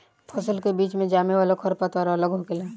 फसल के बीच मे जामे वाला खर पतवार अलग होखेला